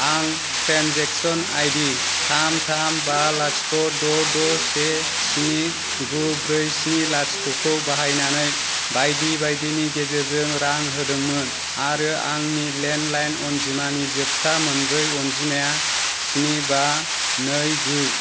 आं ट्रेन्जेक्सन आइदि थाम थाम बा लाथिख' द' द' से स्नि गु ब्रै स्नि लाथिख'खौ बाहायनानै बायदि बायदिनि गेजेरजों रां होदोंमोन आरो आंनि लेन्डलाइन अनजिमानि जोबथा मोनब्रै अनजिमाया स्नि बा नै गु